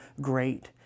great